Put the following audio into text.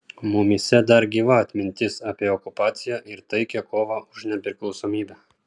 mumyse dar gyva atmintis apie okupaciją ir taikią kovą už nepriklausomybę